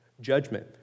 judgment